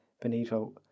Benito